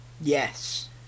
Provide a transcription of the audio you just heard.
Yes